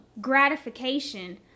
gratification